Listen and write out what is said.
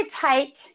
take